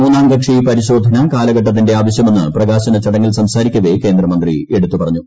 മൂന്നാം കക്ഷി പരിശോധന കാലഘട്ടത്തിന്റെ ആവശ്യമെന്ന് പ്രകാശന ചടങ്ങിൽ സംസാരിക്കവേ കേന്ദ്രമന്ത്രി എടുത്തുപറഞ്ഞു